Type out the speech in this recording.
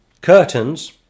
curtains